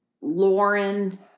Lauren